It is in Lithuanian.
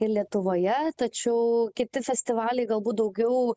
ir lietuvoje tačiau kiti festivaliai galbūt daugiau